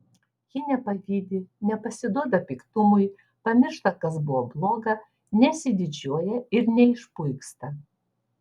ji nepavydi nepasiduoda piktumui pamiršta kas buvo bloga nesididžiuoja ir neišpuiksta